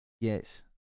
Yes